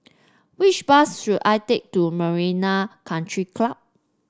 which bus should I take to Marina Country Club